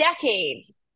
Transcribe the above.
decades